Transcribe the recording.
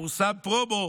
שפורסם פרומו